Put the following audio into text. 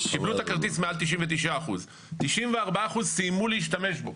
קיבלו את הכרטיס מעל 99%. 94% סיימו להשתמש בו.